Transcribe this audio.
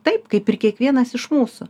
taip kaip ir kiekvienas iš mūsų